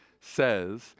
says